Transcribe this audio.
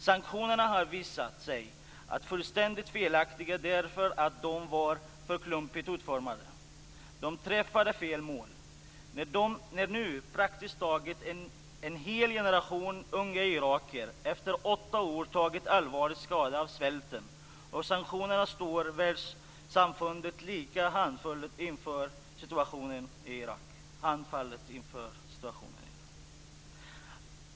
Sanktionerna har visat sig så fullständigt felaktiga, därför att de var för klumpigt utformade och träffade fel mål. När nu praktiskt taget en hel generation unga irakier efter åtta år tagit allvarlig skada av svälten och sanktionerna står världssamfundet lika handfallet inför situationen i Irak.